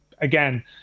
again